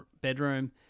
bedroom